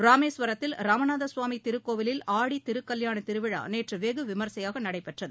ராமேஸ்வரத்தில் ராமநாத கவாமி திருக்கோவிலில் ஆடி திருகல்யாண திருவிழா நேற்று வெகுவிமரிசையாக நடைபெற்றது